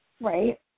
right